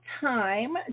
time